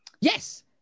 Yes